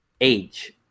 age